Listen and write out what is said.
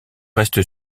reste